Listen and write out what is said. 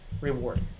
reward